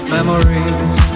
Memories